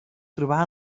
trobà